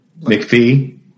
McPhee